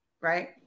Right